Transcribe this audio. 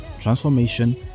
transformation